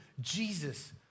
Jesus